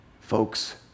Folks